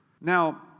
Now